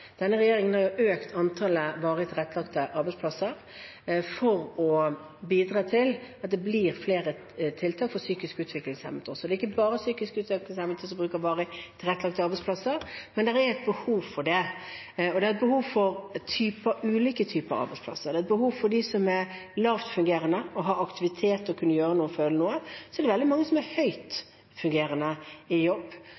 Denne regjeringen har økt antallet varig tilrettelagte arbeidsplasser for å bidra til at det blir flere tiltak også for psykisk utviklingshemmede. Det er ikke bare psykisk utviklingshemmede som bruker varig tilrettelagte arbeidsplasser, men det er et behov for det. Det er et behov for ulike typer arbeidsplasser: et behov for dem som er lavt fungerende, å ha aktivitet og kunne gjøre noe og føle noe, og et behov for de veldig mange høyt fungerende som er